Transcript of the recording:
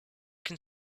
can